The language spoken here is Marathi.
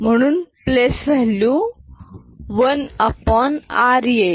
म्हणून प्लेस व्हॅल्यू 1r येईल